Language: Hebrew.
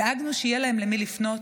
דאגנו שיהיה להם למי לפנות,